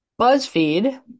BuzzFeed